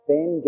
Ben